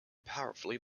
powerfully